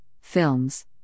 films